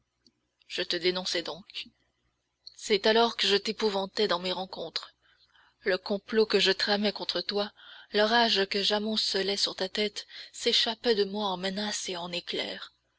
je te dénonçai donc c'est alors que je t'épouvantais dans mes rencontres le complot que je tramais contre toi l'orage que j'amoncelais sur ta tête s'échappait de moi en menaces et en éclairs